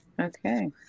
Okay